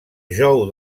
jou